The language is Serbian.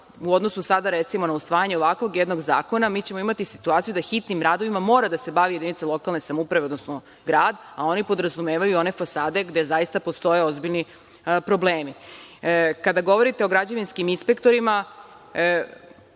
u odnosu sada, recimo, na usvajanje ovakvog jednog zakona, mi ćemo imati situaciju da hitnim radovima mora da se bavi jedinica lokalne samouprave, odnosno grad, a oni podrazumevaju i one fasade gde zaista postoje ozbiljni problemi. Kada govorite o građevinskim inspektorima,